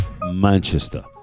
Manchester